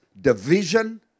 division